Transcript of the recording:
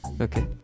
okay